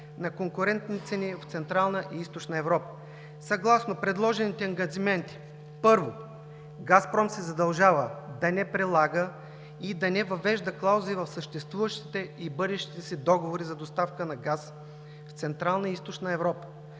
на конкурентни цени в Централна и Източна Европа. Съгласно предложените ангажименти: Първо, „Газпром“ се задължава да не прилага и да не въвежда клаузи в съществуващите и бъдещите си договори за доставка на газ в Централна и Източна Европа,